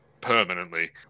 permanently